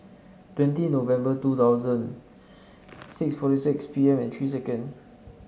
twenty November two thousand six forty six P M and three second